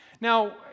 Now